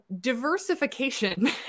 diversification